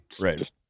right